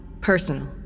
personal